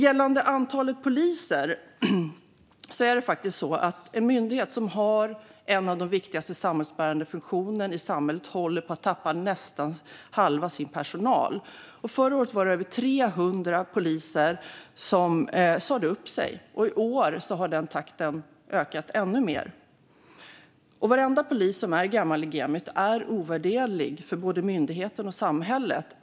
Gällande antalet poliser är det faktiskt så att en myndighet som har en av de viktigaste samhällsbärande funktionerna håller på att tappa nästan hälften av sin personal. Förra året sa över 300 poliser upp sig, och i år har den takten ökat ännu mer. Varenda polis som är gammal i gamet är ovärderlig för både myndigheten och samhället.